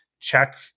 check